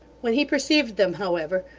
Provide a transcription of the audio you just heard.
when he perceived them, however,